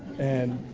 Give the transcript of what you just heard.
and,